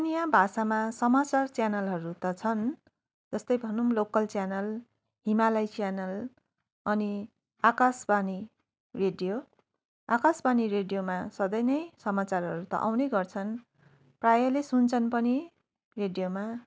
स्थानीय भाषामा समाचार च्यानलहरू त छन् जस्तै भनौँ लोकल च्यानल हिमालय च्यानल अनि आकाशवाणी रेडियो आकाशवाणी रेडियोमा सधैँ नै समाचारहरू त आउने गर्छन् प्रायले सुन्छन् पनि रेडियोमा